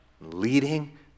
leading